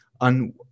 on